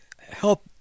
help